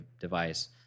device